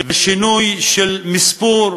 ושינוי של מספור.